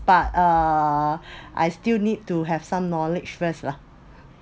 but uh I still need to have some knowledge first lah